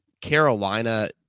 Carolina